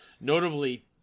Notably